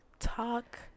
Talk